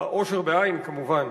העושר, בעי"ן, כמובן.